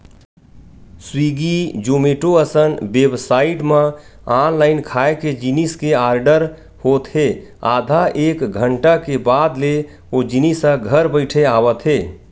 Swiggy, Zomato असन website म online खाए के जिनिस के आरडर होत हे आधा एक घंटा के बाद ले ओ जिनिस ह घर बइठे आवत हे